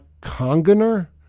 congener